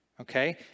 Okay